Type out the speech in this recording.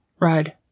ride